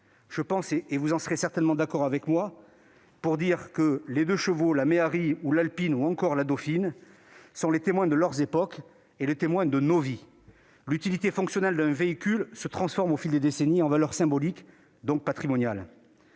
de vie. Vous serez d'accord avec moi pour dire que la 2 CV, la Méhari, l'Alpine ou encore la Dauphine sont les témoins de leurs époques et de nos vies. L'utilité fonctionnelle d'une voiture se transforme au fil des décennies en valeur symbolique, donc patrimoniale.